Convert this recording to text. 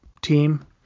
team